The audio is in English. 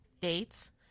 dates